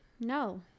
no